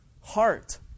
heart